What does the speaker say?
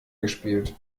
gespielt